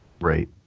Right